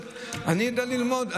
אני יודע ללמוד,